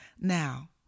Now